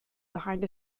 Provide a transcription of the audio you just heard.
behind